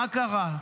מה קרה?